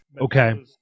Okay